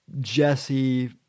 Jesse